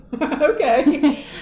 okay